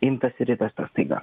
imtas ir įvestas staiga